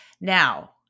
Now